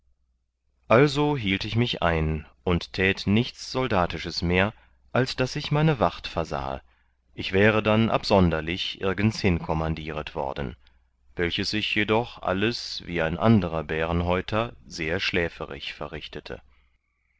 also hielt ich mich ein und tät nichts soldatisches mehr als daß ich meine wacht versahe ich wäre dann absonderlich irgendshin kommandieret worden welches jedoch alles wie ein anderer bärnhäuter sehr schläferig verrichtete